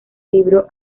libro